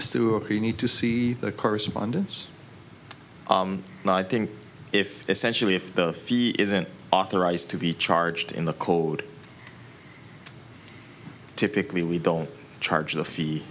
do you need to see the correspondence and i think if essentially if the fee isn't authorized to be charged in the code typically we don't charge the fee